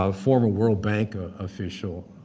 ah former world bank ah official,